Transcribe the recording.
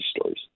stories